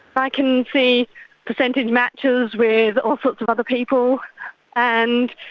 i can see percentage matches with all sorts of other people and,